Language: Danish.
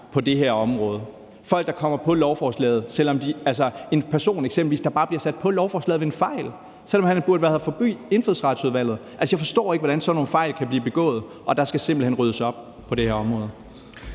på det her område – en person, der eksempelvis bare bliver sat på lovforslaget ved en fejl, selv om han burde have været forbi Indfødsretsudvalget. Altså, jeg forstår ikke, hvordan sådan nogle fejl kan blive begået, og der skal simpelt hen ryddes op på det her område.